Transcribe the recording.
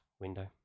window